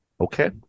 Okay